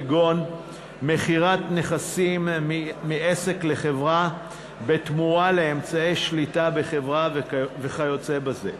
כגון מכירת נכסים מעסק לחברה בתמורה לאמצעי שליטה בחברה וכיוצא בזה.